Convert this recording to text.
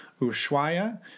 Ushuaia